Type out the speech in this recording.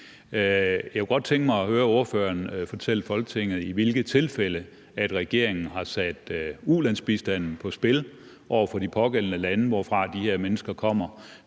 Jeg kunne godt tænke mig at høre ordføreren fortælle Folketinget, i hvilke tilfælde regeringen har sat ulandsbistanden på spil over for de pågældende lande, hvorfra de her mennesker kommer.